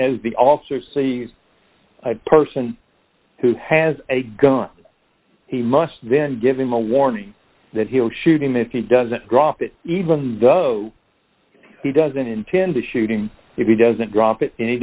as the also see the person who has a gun he must then give him a warning that he'll shoot him if he doesn't drop it even though he doesn't intend to shoot him if he doesn't drop it and he